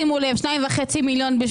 2.5 מיליון.